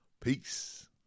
Peace